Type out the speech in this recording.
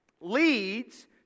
leads